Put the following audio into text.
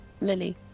Lily